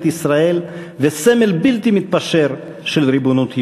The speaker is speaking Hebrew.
ישראל וסמל בלתי מתפשר של ריבונות יהודית.